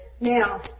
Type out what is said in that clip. Now